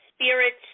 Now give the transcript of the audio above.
spirits